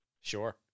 Sure